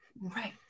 right